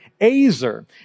azer